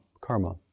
karma